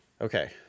Okay